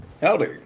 Howdy